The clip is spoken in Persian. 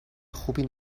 خوبی